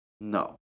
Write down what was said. No